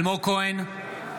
אינו נוכח מאיר כהן, נגד מירב כהן,